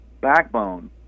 backbone